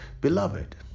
Beloved